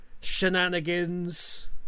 shenanigans